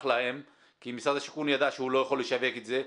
להם כי משרד השיכון ידע שהוא לא יכול לשווק את זה.